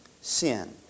sin